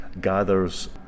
gathers